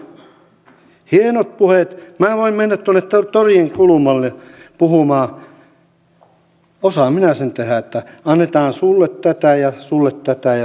hienoja puheita minäkin voin mennä tuonne torien kulmalle puhumaan osaan minä sen tehdä että annetaan sulle tätä ja sulle tätä ja sulle tätä